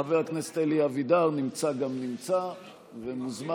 חבר הכנסת אלי אבידר נמצא גם נמצא ומוזמן.